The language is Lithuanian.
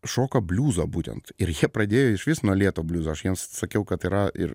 šoka bliuzą būtent ir jie pradėjo išvis nuo lėto bliuzo aš jiems sakiau kad yra ir